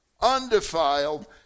undefiled